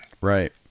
Right